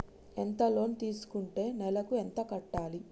ఎంత లోన్ తీసుకుంటే నెలకు ఎంత కట్టాలి?